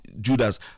judas